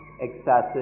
excessive